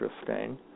interesting